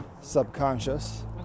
subconscious